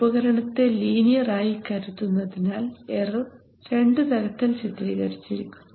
ഉപകരണത്തെ ലീനിയർ ആയി കരുതുന്നതിനാൽ എറർ രണ്ടു തരത്തിൽ ചിത്രീകരിച്ചിരിക്കുന്നു